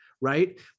right